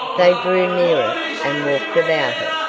they drew near it and walked about it,